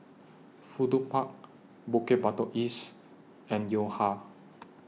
Fudu Park Bukit Batok East and Yo Ha